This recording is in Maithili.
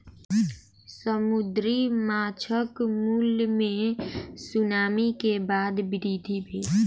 समुद्री माँछक मूल्य मे सुनामी के बाद वृद्धि भेल